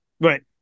Right